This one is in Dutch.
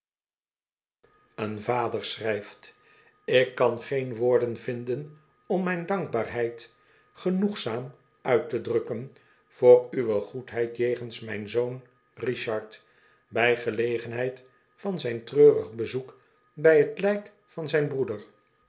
een vader schrijft ik kan geen woorden vinden om mijne dankbaarheid genoegzaam uit de drukken voor uwe goedheid jegens mijn zoon richard bij gelegenheid van zijn treurig bezoek bij t lijk van zijn broeder